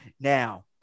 now